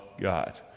God